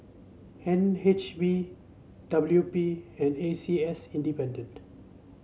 N H B W P and A C S Independent